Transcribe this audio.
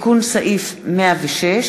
תיקון סעיף 106